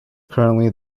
currently